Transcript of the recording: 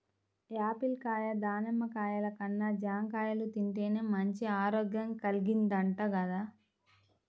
Apple కాయ, దానిమ్మ కాయల కన్నా జాంకాయలు తింటేనే మంచి ఆరోగ్యం కల్గిద్దంట గదా